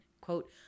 Quote